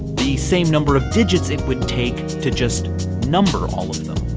the same number of digits it would take to just number all of them.